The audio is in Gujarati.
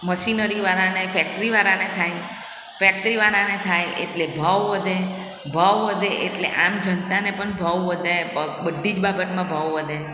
મશીનરી વાળાને ફેક્ટરી વાળાને થાય ફેક્ટરી વાળાને થાય એટલે ભાવ વધે ભાવ વધે એટલે આમ જનતાને પણ ભાવ વધે બધી જ બાબતમાં ભાવ વધે